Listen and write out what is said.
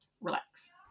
relax